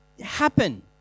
happen